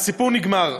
הסיפור נגמר.